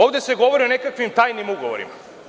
Ovde se govori o nekakvim tajnim ugovorima.